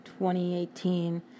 2018